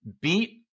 beat